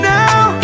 now